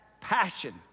passion